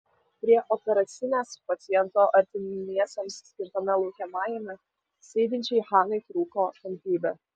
prie operacinės pacientų artimiesiems skirtame laukiamajame sėdinčiai hanai trūko kantrybė